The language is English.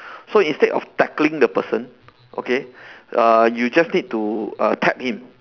so instead of tackling the person okay uh you just need to uh tap him